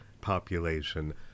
population